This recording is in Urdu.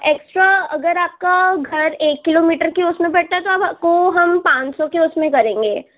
ایکسٹرا اگر آپ کا گھر ایک کلو میٹر کے اس میں پڑتا ہے تو آپ کو ہم پانچ سو کے اس میں کریں گے